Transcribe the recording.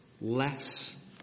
Less